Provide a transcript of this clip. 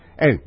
Hey